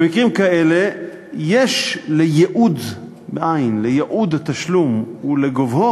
במקרים כאלה יש לייעוד התשלום ולגובהו